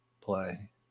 play